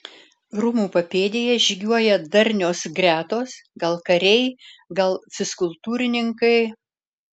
rūmų papėdėje žygiuoja darnios gretos gal kariai gal fizkultūrininkai